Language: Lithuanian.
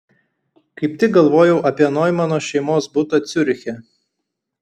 kaip tik galvojau apie noimano šeimos butą ciuriche